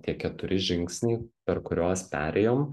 tie keturi žingsniai per kuriuos perėjom